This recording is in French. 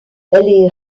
les